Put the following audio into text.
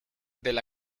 del